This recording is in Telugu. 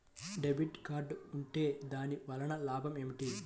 డెబిట్ కార్డ్ ఉంటే దాని వలన లాభం ఏమిటీ?